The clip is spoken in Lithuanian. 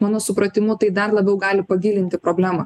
mano supratimu tai dar labiau gali pagilinti problemą